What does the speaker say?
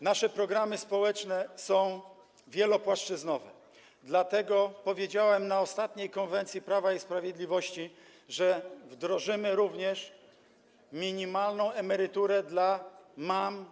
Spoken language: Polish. Nasze programy społeczne są wielopłaszczyznowe, dlatego powiedziałem na ostatniej konwencji Prawa i Sprawiedliwości, że wdrożymy również minimalną emeryturę dla mam.